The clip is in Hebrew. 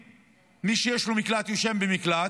מי שיש לו מקלט, ישן במקלט,